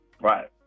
Right